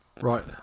Right